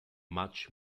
much